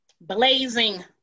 blazing